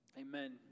Amen